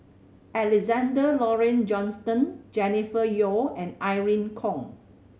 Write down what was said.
Alexander Laurie Johnston Jennifer Yeo and Irene Khong